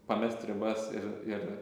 pamest ribas ir ir